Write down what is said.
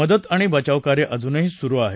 मदत आणि बचावकार्य अजूनही सुरु आहे